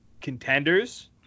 contenders